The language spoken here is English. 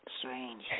Strange